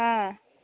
হ্যাঁ